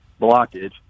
blockage